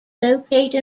locate